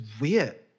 weird